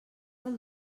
del